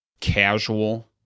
casual